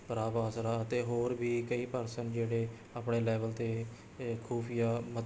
ਪ੍ਰਭ ਆਸਰਾ ਅਤੇ ਹੋਰ ਵੀ ਕਈ ਪਰਸਨ ਜਿਹੜੇ ਆਪਣੇ ਲੈਵਲ 'ਤੇ ਇਹ ਖੁਫੀਆ